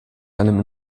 einem